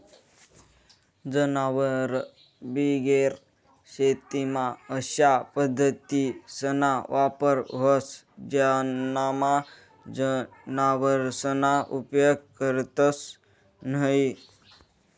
जनावरबिगेर शेतीमा अशा पद्धतीसना वापर व्हस ज्यानामा जनावरसना उपेग करतंस न्हयी